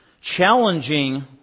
challenging